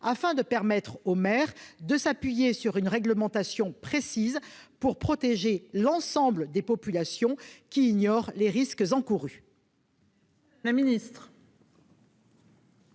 afin de permettre aux maires de s'appuyer sur des normes précises pour protéger l'ensemble des populations qui ignorent les risques encourus